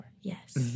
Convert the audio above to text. Yes